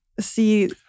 See